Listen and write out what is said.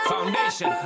Foundation